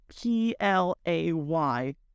P-L-A-Y